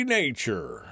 nature